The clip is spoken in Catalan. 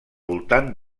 voltant